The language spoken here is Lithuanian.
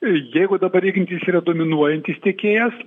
jeigu dabar ignitis yra dominuojantis tiekėjas